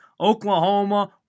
Oklahoma